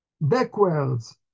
Backwards